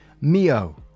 Mio